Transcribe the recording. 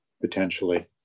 potentially